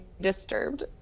disturbed